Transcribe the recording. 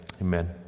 Amen